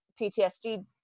PTSD